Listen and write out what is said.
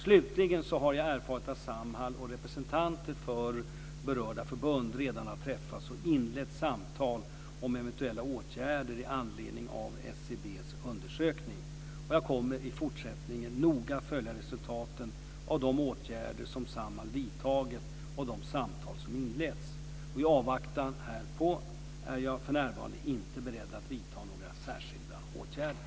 Slutligen har jag erfarit att Samhall och representanter från berörda förbund redan har träffats och inlett samtal om eventuella åtgärder i anledning av Jag kommer i fortsättningen noga följa resultaten av de åtgärder som Samhall vidtagit och de samtal som inletts. I avvaktan härpå är jag för närvarande inte beredd att vidta några särskilda åtgärder.